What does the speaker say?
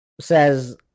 Says